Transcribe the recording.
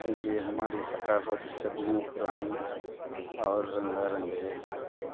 چونکہ یہ ہماری ثقافت صدیوں پرانی اور رنگا رنگ ہے